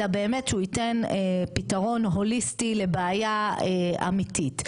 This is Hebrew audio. אלא באמת שהוא ייתן פתרון הוליסטי לבעיה אמיתית,